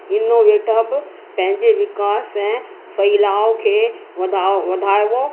innovate hub पंहिंजे विकास ऐं फहिलाव खे वधाव वधाइबो